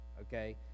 Okay